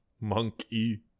Monkey